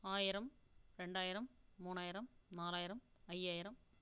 ஆயிரம் ரெண்டாயிரம் மூணாயிரம் நாலாயிரம் ஐயாயிரம்